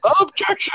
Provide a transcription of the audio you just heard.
Objection